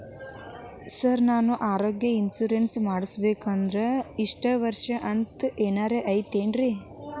Sir ನಾನು ಆರೋಗ್ಯ insurance ಮಾಡಿಸ್ಬೇಕಂದ್ರೆ ಇಷ್ಟ ವರ್ಷ ಅಂಥ ಏನಾದ್ರು ಐತೇನ್ರೇ?